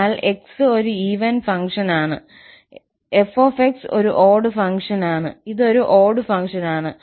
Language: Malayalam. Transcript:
അതിനാൽ 𝑥 ഒരു ഈവൻ ഫംഗ്ഷനാണ് ℎ𝑥 ഒരു ഓട് ഫംഗ്ഷനാണ് ഇത് ഒരു ഓട് ഫംഗ്ഷനാണ്